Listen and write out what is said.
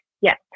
Yes